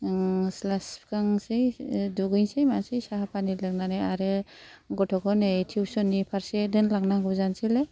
ओं सिला सिबखांसै दुगैसै मासै साहा पानि लोंनानै आरो गथ'खौ नै टिउसन नि फारसे दोनलांनांगौ जानसैलाय